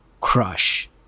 crush